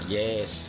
yes